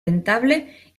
rentable